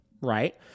right